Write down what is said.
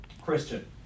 Christian